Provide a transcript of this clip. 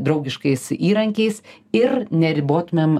draugiškais įrankiais ir neribotumėm